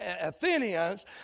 Athenians